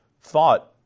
thought